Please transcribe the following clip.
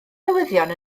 newyddion